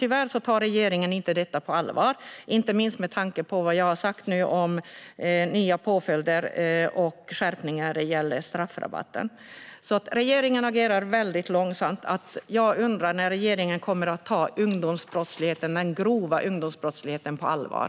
Tyvärr tar regeringen inte detta på allvar, inte minst med tanke på det jag har sagt om nya påföljder och skärpningar när det gäller straffrabatten. Regeringen agerar väldigt långsamt. När kommer regeringen att ta den grova ungdomsbrottsligheten på allvar?